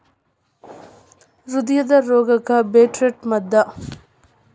ಹೃದಯದ ರೋಗಕ್ಕ ಬೇಟ್ರೂಟ ಮದ್ದ